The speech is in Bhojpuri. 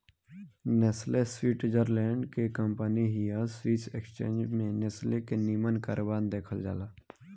नेस्ले स्वीटजरलैंड के कंपनी हिय स्विस एक्सचेंज में नेस्ले के निमन कारोबार देखल जाला